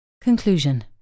Conclusion